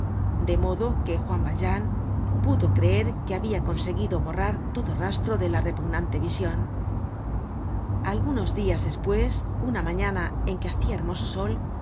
de modo que juan valjean pudo creer que habia conseguido borrar todo rastro de la repugnante vision algunos dias despues una mañana en que hacia hermoso sol